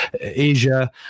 Asia